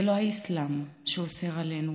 זה לא האסלאם שאוסר עלינו,